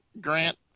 grant